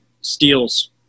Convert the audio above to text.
steals